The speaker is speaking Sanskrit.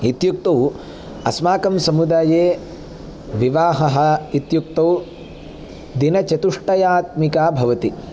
इत्युक्तौ अस्माकं समुदाये विवाहः इत्युक्तौ दिनचतुष्टयात्मिका भवति